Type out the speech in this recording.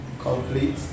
complete